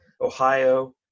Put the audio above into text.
Ohio